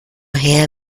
her